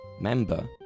member